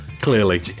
Clearly